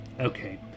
okay